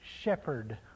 shepherd